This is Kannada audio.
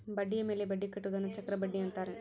ಬಡ್ಡಿಯ ಮೇಲೆ ಬಡ್ಡಿ ಕಟ್ಟುವುದನ್ನ ಚಕ್ರಬಡ್ಡಿ ಅಂತಾರೆ